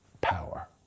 power